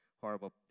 horrible